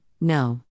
no